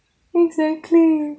exactly